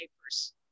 papers